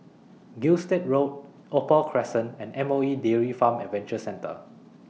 Gilstead Road Opal Crescent and M O E Dairy Farm Adventure Centre